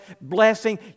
blessing